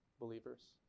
believers